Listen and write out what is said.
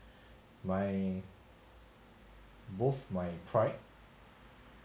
my both my pride